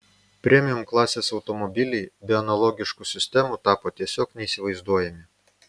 premium klasės automobiliai be analogiškų sistemų tapo tiesiog neįsivaizduojami